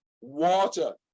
water